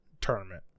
tournament